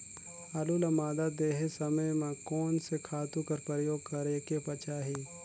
आलू ल मादा देहे समय म कोन से खातु कर प्रयोग करेके चाही?